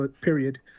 period